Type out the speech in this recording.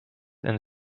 and